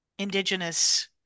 indigenous